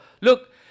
look